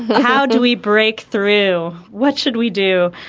how do we break through? what should we do,